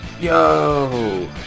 Yo